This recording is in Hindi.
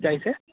जैसे